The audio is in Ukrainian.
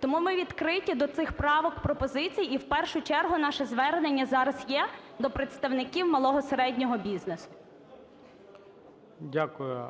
Тому ми відкриті до цих правок і пропозицій. І в першу чергу наше звернення зараз є до представників малого і середнього бізнесу. ГОЛОВУЮЧИЙ. Дякую.